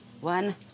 one